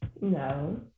No